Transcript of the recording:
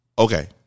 Okay